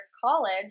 college